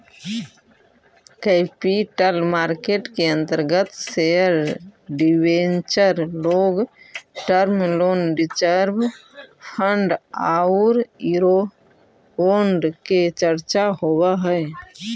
capital market के अंतर्गत share debenture long term loan reserve fund औउर यूरोबोंड के चर्चा होवऽ हई